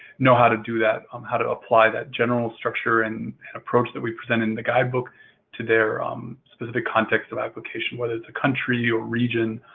know how to do that, um how to apply that general structure and approach that we presented in the guidebook to their um specific context of application, whether it's a country or region